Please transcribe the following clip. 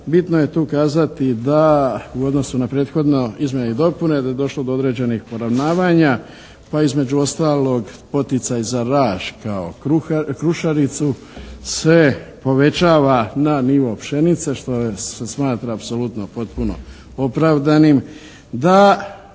bitno je tu kazati da u odnosu na prethodne izmjene i dopune da je došlo do određenih poravnavanja pa između ostalog poticaj za laž kao krušaricu se povećava na nivo pšenice što se smatra apsolutno potpuno opravdanim,